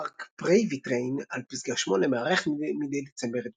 פארק פרייווי טראיין על פסגה 8 מארח מדי דצמבר את